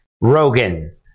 Rogan